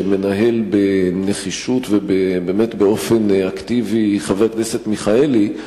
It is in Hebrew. שמנהל בנחישות ובאמת באופן אקטיבי חבר הכנסת מיכאלי.